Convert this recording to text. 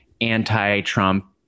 anti-Trump